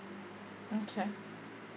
okay